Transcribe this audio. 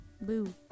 Boo